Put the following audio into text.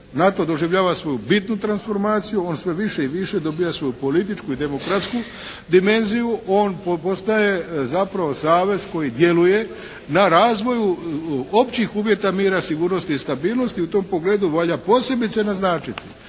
NATO doživljava svoju bitnu transformaciju. On sve više i više dobiva svoju političku i demokratsku dimenziju. On postaje zapravo savez koji djeluje na razvoju općih uvjeta mira, sigurnosti i stabilnosti. I u tom pogledu valja posebice naznačiti